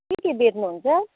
के के बेच्नुहुन्छ